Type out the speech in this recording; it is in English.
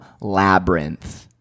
Labyrinth